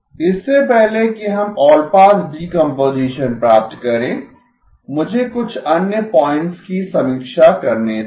इससे पहले कि हम ऑलपास डीकम्पोजीशन प्राप्त करें मुझे कुछ अन्य पॉइंट्स की समीक्षा करने दें